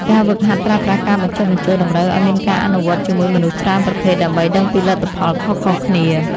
ការហ្វឹកហាត់ប្រើប្រាស់ការបញ្ចុះបញ្ចូលតម្រូវឱ្យមានការអនុវត្តជាមួយមនុស្សច្រើនប្រភេទដើម្បីដឹងពីលទ្ធផលខុសៗគ្នា។